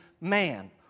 man